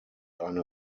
eine